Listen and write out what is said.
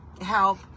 help